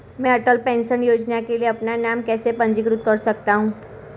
मैं अटल पेंशन योजना के लिए अपना नाम कैसे पंजीकृत कर सकता हूं?